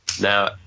now